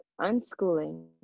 unschooling